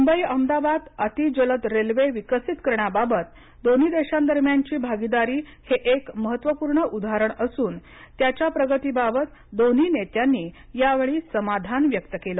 मुंबई अहमदाबाद अतिजलद रेल्वे विकसित करण्याबाबत दोन्ही देशादरम्यान ची भागीदारी हे एक महत्वपूर्ण उदाहरण असून त्याच्या प्रगतीबाबत दोन्ही नेत्यांनी यावेळी समाधान व्यक्त केलं